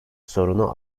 sorunu